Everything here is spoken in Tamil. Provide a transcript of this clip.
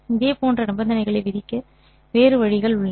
இதே போன்ற நிபந்தனைகளை விதிக்க வேறு வழிகள் உள்ளன